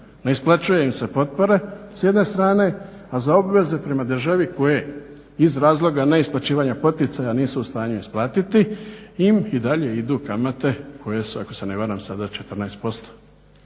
ne isplaćuje im se potpora s jedne strane, a za obveze prema državi koje iz razloga neisplaćivanja poticaja nisu u stanju isplatiti im i dalje idu kamate koje su, ako se ne varam sad